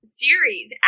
series